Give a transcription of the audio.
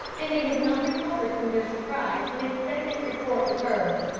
and they had not recovered from their surprise when a second report was heard,